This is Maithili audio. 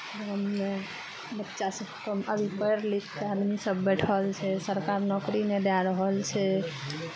गाममे बच्चासभ अभी पढ़ि लिखि क आदमीसभ बैठल छै सरकार नौकरी नहि दए रहल छै